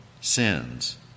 sins